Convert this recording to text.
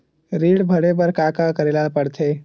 ऋण भरे बर का का करे ला परथे?